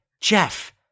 Jeff